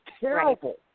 terrible